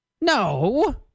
No